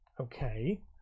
Okay